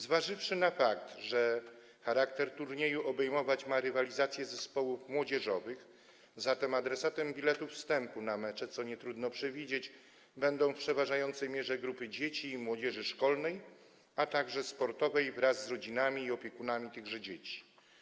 Zważywszy na fakt, że charakter turnieju obejmować ma rywalizację zespołów młodzieżowych, adresatem biletów wstępu na mecze, co nietrudno przewidzieć, będą w przeważającej mierze grupy dzieci i młodzieży szkolnej, a także sportowej wraz z rodzinami i opiekunami tychże dzieci.